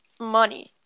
money